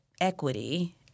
equity